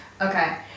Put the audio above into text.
okay